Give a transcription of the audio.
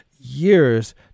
years